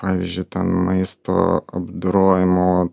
pavyzdžiui ten maisto apdorojimu